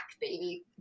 baby